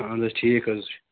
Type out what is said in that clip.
اَہَن حظ ٹھیٖک حظ چھُ